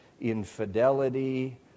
infidelity